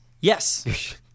Yes